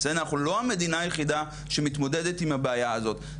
אנחנו לא המדינה היחידה שמתמודדת עם הבעיה הזאת.